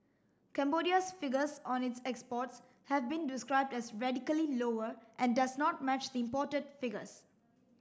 Cambodia's figures on its exports have been described as radically lower and does not match the imported figures